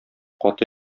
каты